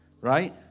Right